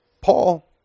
Paul